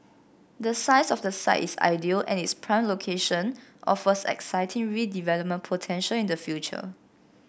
the size of the site is ideal and its prime location offers exciting redevelopment potential in the future